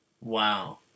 Wow